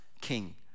king